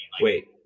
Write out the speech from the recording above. wait